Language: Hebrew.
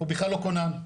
הוא בכלל לא כונן,